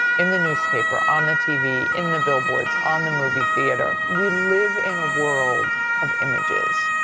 in the newspaper, on the tv, in the billboards, on the movie theater. we live in a world of images.